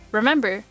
Remember